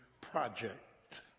project